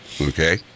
Okay